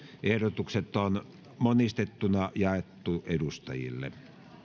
ehdotukset on monistettuna jaettu edustajille